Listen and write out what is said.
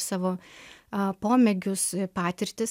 savo a pomėgius patirtis